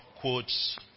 quotes